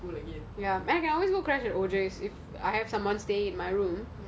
then the next time you come back can be like in a good minded before you start